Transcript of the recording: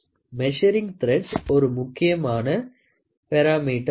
measuring threads ஒரு முக்கியமான பேராமீட்டராகும்